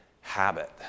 habit